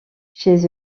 chez